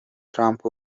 trump